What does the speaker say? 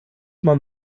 man